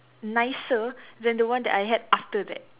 nicer than the one that I had after that